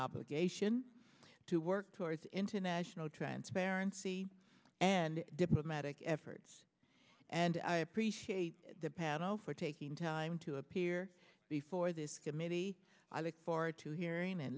obligation to work towards international transparency and diplomatic efforts and i appreciate the panel for taking time to appear before this committee i look forward to hearing and